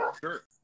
Sure